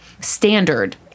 standard